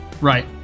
Right